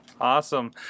Awesome